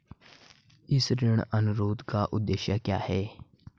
इस ऋण अनुरोध का उद्देश्य क्या है?